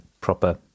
proper